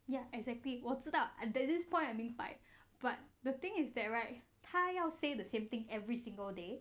ya exactly it 我知道 until this point 我明白 but the thing is that right 他要 say the same thing every single day